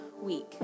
week